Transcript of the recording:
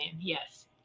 Yes